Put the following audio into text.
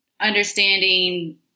understanding